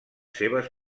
seves